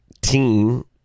team